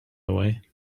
away